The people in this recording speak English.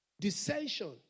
Dissension